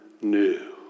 new